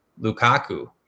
Lukaku